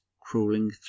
crawling